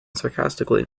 sarcastically